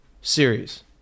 series